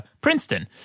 Princeton